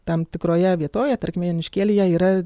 tam tikroje vietovėje tarkim joniškėlyje yra